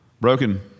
Broken